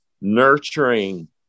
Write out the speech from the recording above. nurturing